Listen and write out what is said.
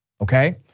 Okay